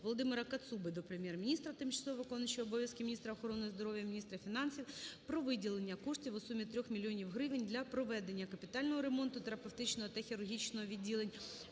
Володимира Кацуби до Прем'єр-міністра, тимчасово виконуючої обов'язки міністра охорони здоров'я, міністра фінансів про виділення коштів у сумі 3 мільйона гривень для проведення капітального ремонту терапевтичного та хірургічного відділень